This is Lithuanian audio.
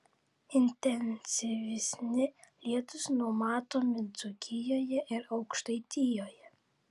intensyvesni lietūs numatomi dzūkijoje ir aukštaitijoje